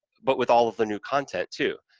but with all of the new content too.